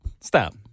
Stop